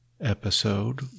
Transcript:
episode